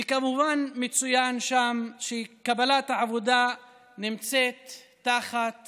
וכמובן מצוין שם שקבלת העבודה נמצאת תחת